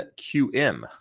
QM